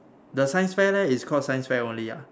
the science fair leh it's called science only ah